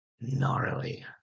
gnarly